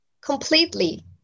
Completely